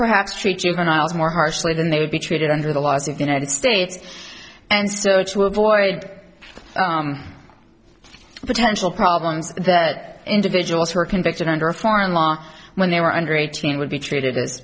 perhaps treat juveniles more harshly than they would be treated under the laws of united states and so to avoid potential problems that individuals who were convicted under a foreign law when they were under eighteen would be treated as